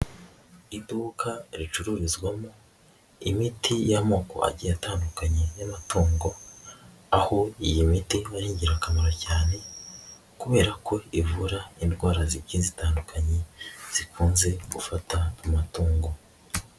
Iduka ricururizwamo imiti y'amoko agiye atandukanye y'amatungo, aho iyo miti iba ari ingirakamaro cyane kubera ko ivura indwara zigiye zitandukanye, zikunze gufata amatungo.